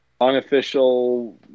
unofficial